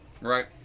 Right